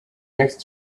next